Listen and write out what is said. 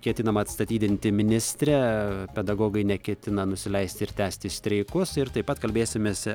ketinama atstatydinti ministrę pedagogai neketina nusileisti ir tęsti streikus ir taip pat kalbėsimės